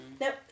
Nope